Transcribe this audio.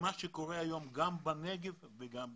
למה שקורה היום גם בנגב וגם בגליל.